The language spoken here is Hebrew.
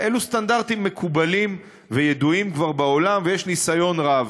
אלו סטנדרטים מקובלים וידועים כבר בעולם ויש ניסיון רב.